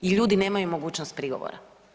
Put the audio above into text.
I ljudi nemaju mogućnost prigovora.